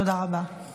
תודה רבה.